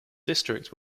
district